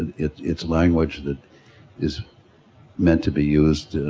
it's it's language that is meant to be used